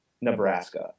Nebraska